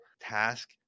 task